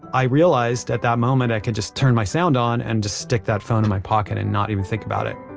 i realized, at that moment, i could just turn my sound on and just stick that phone in my pocket and not even think about it